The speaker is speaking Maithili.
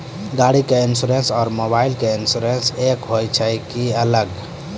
गाड़ी के इंश्योरेंस और मोबाइल के इंश्योरेंस एक होय छै कि अलग?